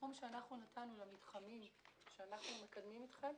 הסכום שאנחנו נתנו למתחמים שאנחנו מקדמים אתכם,